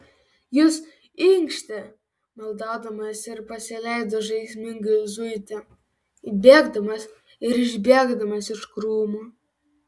jis inkštė maldaudamas ir pasileido žaismingai zuiti įbėgdamas ir išbėgdamas iš krūmų